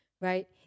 right